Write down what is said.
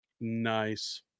Nice